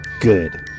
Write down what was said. Good